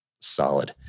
solid